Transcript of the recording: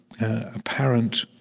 apparent